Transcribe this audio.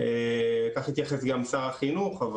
כך התייחס גם שר החינוך.